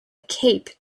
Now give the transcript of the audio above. cape